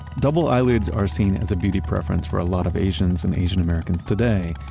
double eyelids are seen as a beauty preference for a lot of asians and asian americans today,